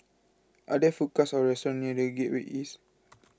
are there food courts or restaurants near the Gateway East